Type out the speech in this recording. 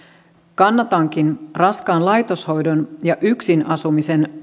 kannatankin raskaan laitoshoidon ja yksin asumisen